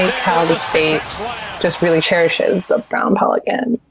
how the state just really cherishes the brown pelican.